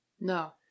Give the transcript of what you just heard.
No